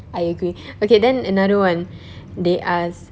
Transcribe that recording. I agree okay then another one they ask